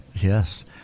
Yes